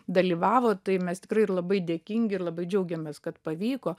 dalyvavo tai mes tikrai ir labai dėkingi ir labai džiaugiamės kad pavyko